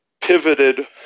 pivoted